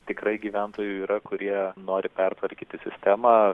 tikrai gyventojų yra kurie nori pertvarkyti sistemą